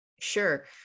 Sure